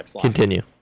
continue